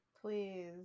Please